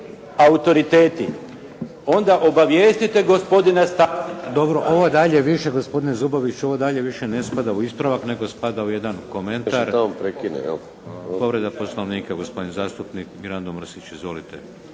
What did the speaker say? autoriteti, onda obavijestite gospodina Stazića.